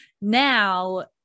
now